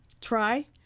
Try